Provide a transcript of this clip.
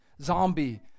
zombie